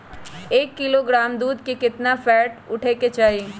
एक किलोग्राम दूध में केतना फैट उठे के चाही?